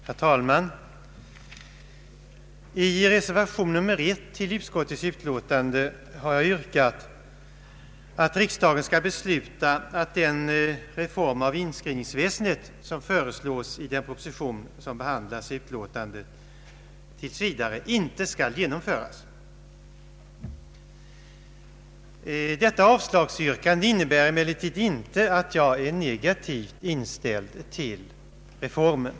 Herr talman! I reservation nr I till utskottets utlåtande har jag yrkat att riksdagen skall besluta att den reform av inskrivningsväsendet, som föreslås i den proposition som behandlas i utlåtandet, tills vidare inte skall genomföras. Detta avslagsyrkande innebär emellertid inte att jag är negativt inställd till reformen.